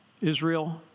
Israel